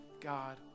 God